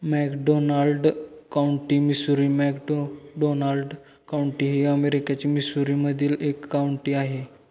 McDonald county Missouri McDonald county ही अमेरिकेची मिसुरीमधील एक काउंटी आहे